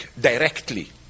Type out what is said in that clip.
directly